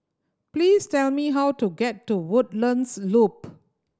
please tell me how to get to Woodlands Loop